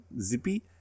Zippy